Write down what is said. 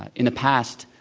in the past,